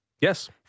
Yes